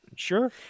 Sure